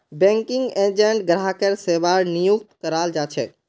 banking agent ग्राहकेर सेवार नियुक्त कराल जा छेक